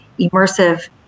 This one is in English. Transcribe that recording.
immersive